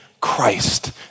Christ